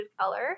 color